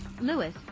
Lewis